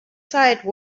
side